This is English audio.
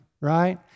right